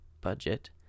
budget